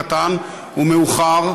קטן ומאוחר,